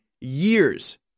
years